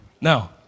now